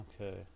Okay